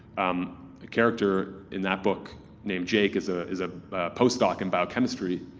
um a character in that book named jake is ah is a postdoc in biochemistry,